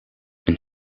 een